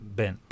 ben